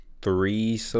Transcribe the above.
Three